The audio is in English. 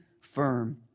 firm